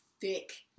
thick